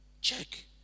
Check